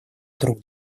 друг